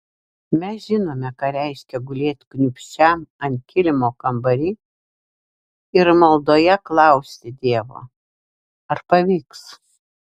mes žinome ką reiškia gulėt kniūbsčiam ant kilimo kambary ir maldoje klausti dievo ar pavyks